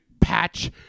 patch